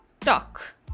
talk